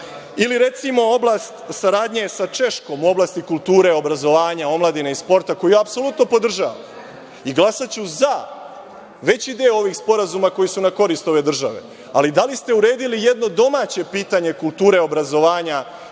recimo oblast saradnje sa Češkom u oblasti kulture, obrazovanja, omladine i sporta, koju apsolutno podržavam. Glasaću za, veći deo ovih sporazuma koji su na korist ove države, ali da li ste uredili jedno domaće pitanje kulture, obrazovanja